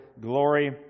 glory